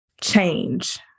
change